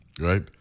right